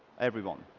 everyone.